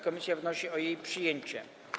Komisja wnosi o jej przyjęcie.